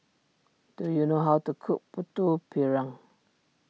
do you know how to cook Putu Piring